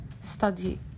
study